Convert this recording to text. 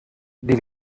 die